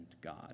God